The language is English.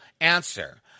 answer